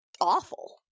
awful